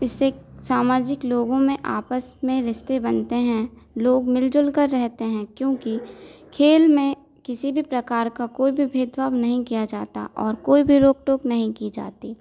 इससे सामाजिक लोगों में आपस में रिश्ते बनते हैं लोग मिल जुल कर रहते हैं क्योंकि खेल में किसी भी प्रकार का कोई भी भेदभाव नहीं किया जाता और कोई भी रोक टोक नहीं की जाती